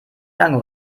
lange